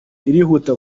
irihuta